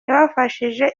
yabafashije